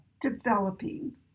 developing